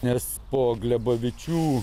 nes po glebavičių